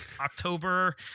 October